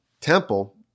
temple